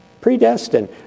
Predestined